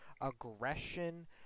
aggression